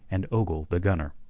and ogle the gunner.